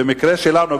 במקרה שלנו,